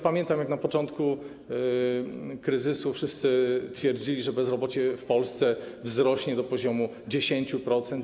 Pamiętam, jak na początku kryzysu wszyscy twierdzili, że bezrobocie w Polsce wzrośnie do poziomu 10%.